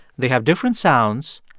they have different sounds,